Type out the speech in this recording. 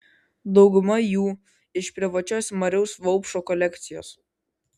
dauguma jų iš privačios mariaus vaupšo kolekcijos